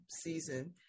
season